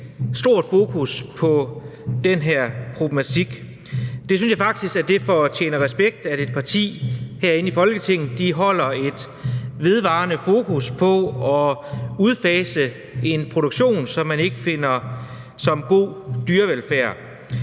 stort fokus på den her problematik. Det synes jeg faktisk fortjener respekt: at et parti herinde i Folketinget holder et vedvarende fokus på at udfase en produktion, som man ikke finder er god dyrevelfærd.